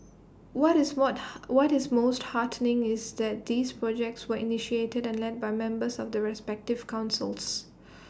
what is what what is most heartening is that these projects were initiated and led by members of the respective councils